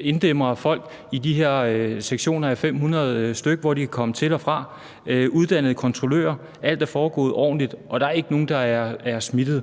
inddæmme folk i de her sektioner af 500 stk., som de kunne komme til og fra. Der har været uddannede kontrollører. Alt er foregået ordentligt, og der er ikke nogen, der er smittet